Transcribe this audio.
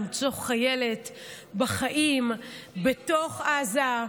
למצוא חיילת בחיים בתוך עזה.